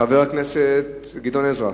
חבר הכנסת גדעון עזרא,